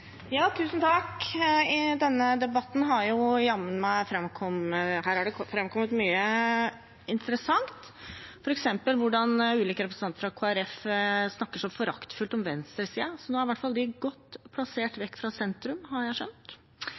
I denne debatten har det framkommet mye interessant, f.eks. hvordan ulike representanter fra Kristelig Folkeparti snakker så foraktfullt om venstresiden. Nå er i hvert fall de godt plassert vekk fra sentrum, har jeg skjønt.